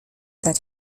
that